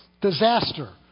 Disaster